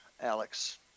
Alex